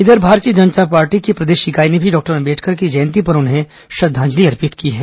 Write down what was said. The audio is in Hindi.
इधर भारतीय जनता पार्टी की प्रदेश इकाई ने भी डॉक्टर अंबेडकर की जयंती पर उन्हें श्रद्वांजलि अर्पित की है